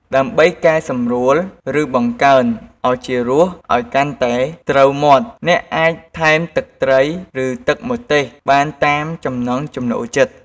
ដើម្បីកែសម្រួល ឬបង្កើនឱជារសឱ្យកាន់តែត្រូវមាត់ អ្នកអាចថែមទឹកត្រី ឬទឹកម្ទេសបានតាមចំណង់ចំណូលចិត្ត។